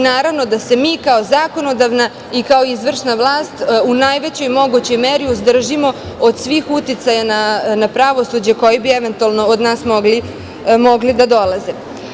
Naravno, i da se mi kao zakonodavna i kao izvršna vlast u najvećoj mogućoj meri uzdržimo od svih uticaja na pravosuđe koji bi, eventualno, od nas mogli da dolaze.